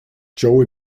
joe